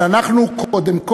אבל אנחנו קודם כול,